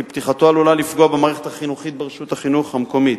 כי פתיחתו עלולה לפגוע במערכת החינוכית ברשות החינוך המקומית,